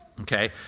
Okay